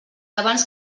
abans